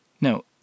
now